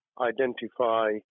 identify